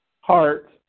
heart